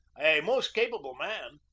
a most capable man,